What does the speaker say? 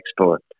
export